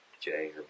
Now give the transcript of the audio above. Jay